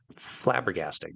flabbergasting